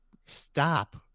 stop